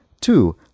Two